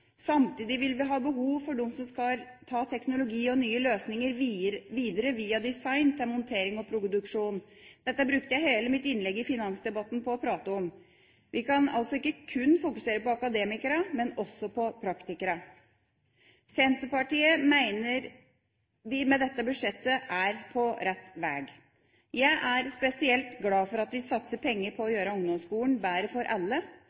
Samtidig vil vi ha behov for dem som skal ta teknologi og nye løsninger videre via design til montering og produksjon. Dette brukte jeg hele mitt innlegg i finansdebatten på å prate om. Vi kan altså ikke kun fokusere på akademikerne, men må også fokusere på praktikerne. Senterpartiet mener vi med dette budsjettet er på rett vei. Jeg er spesielt glad for at vi satser penger på å gjøre ungdomsskolen bedre for alle.